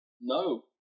No